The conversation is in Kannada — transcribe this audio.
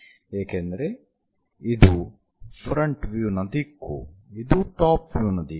ಏಕೆಂದರೆ ಇದು ಫ್ರಂಟ್ ವ್ಯೂ ನ ದಿಕ್ಕು ಇದು ಟಾಪ್ ವ್ಯೂ ನ ದಿಕ್ಕು